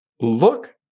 look